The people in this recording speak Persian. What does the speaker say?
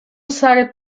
سرت